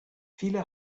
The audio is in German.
viele